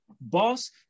boss